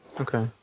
Okay